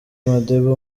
madiba